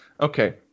okay